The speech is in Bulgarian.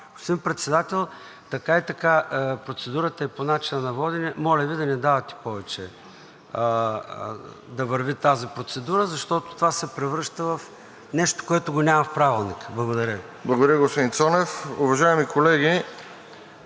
Господин Председател, така и така процедурата е по начина на водене, моля Ви да не давате повече да върви тази процедура, защото това се превръща в нещо, което го няма в Правилника. Благодаря Ви. ПРЕДСЕДАТЕЛ РОСЕН ЖЕЛЯЗКОВ: Благодаря, господин Цонев. Уважаеми колеги,